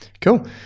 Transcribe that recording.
Cool